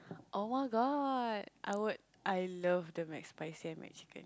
oh-my-god I would I love the McSpicy and McChicken